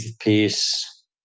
peace